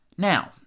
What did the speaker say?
Now